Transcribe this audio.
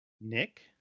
Nick